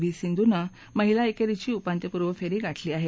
V सिंधूनं महिला एकेरीची उपान्त्यपूर्व फेरी गाठली आहे